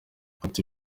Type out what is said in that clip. ati